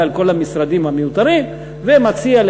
על כל המשרדים המיותרים ומציע,